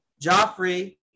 Joffrey